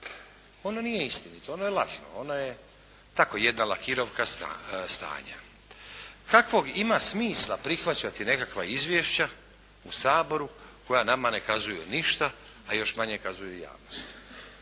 Ono nije istinito, ono je lažno, ono je tako jedna …/Govornik se ne razumije./… stanja. Kakvog ima smisla prihvaćati nekakva izvješća u Saboru koja nama ne kazuju ništa a još manje kazuju javnosti?